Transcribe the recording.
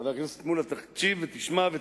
תקשיב ותשמע,